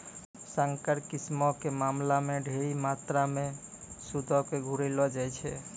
संकर किस्मो के मामला मे ढेरी मात्रामे सूदो के घुरैलो जाय छै